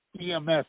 EMS